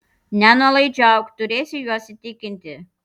nenuolaidžiauk turėsi juos įtikinti